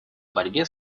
борьбе